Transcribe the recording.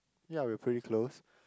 ya we pretty close